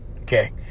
okay